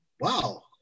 wow